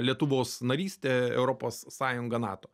lietuvos narystė europos sąjunga nato